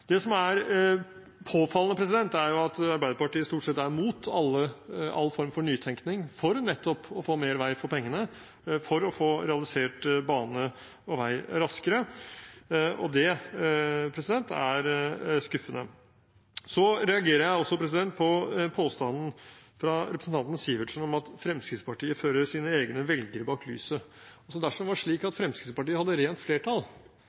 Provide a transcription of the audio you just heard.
Det som er påfallende, er jo at Arbeiderpartiet stort sett er imot all form for nytenkning for nettopp å få mer vei for pengene, for å få realisert bane og vei raskere. Det er skuffende. Jeg reagerer også på påstanden fra representanten Sivertsen om at Fremskrittspartiet fører sine egne velgere bak lyset. Dersom det var slik at Fremskrittspartiet hadde rent flertall,